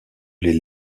les